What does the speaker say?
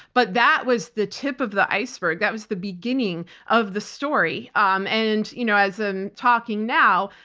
but that was the tip of the iceberg. that was the beginning of the story. um and you know as i'm talking now,